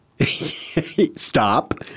Stop